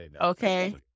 okay